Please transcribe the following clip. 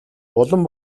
улам